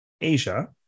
Asia